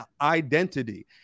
identity